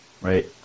right